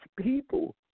people